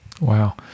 Wow